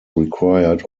required